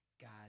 God